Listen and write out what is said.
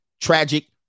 tragic